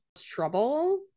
trouble